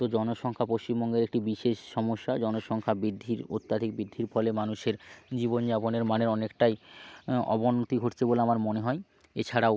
তো জনসংখ্যা পশ্চিমবঙ্গের একটি বিশেষ সমস্যা জনসংখ্যা বৃদ্ধির অত্যাধিক বৃদ্ধির ফলে মানুষের জীবনযাপনের মানের অনেকটাই অবনতি ঘটছে বলে আমার মনে হয় এছাড়াও